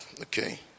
Okay